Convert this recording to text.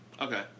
Okay